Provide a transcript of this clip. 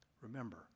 Remember